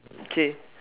okay